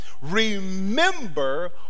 remember